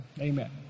Amen